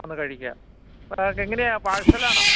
വന്ന് കഴിക്കാം എങ്ങനെയാണ് പാർസൽ ആണോ